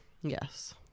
Yes